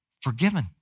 forgiven